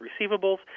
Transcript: receivables